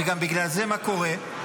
וגם מה קורה בגלל זה?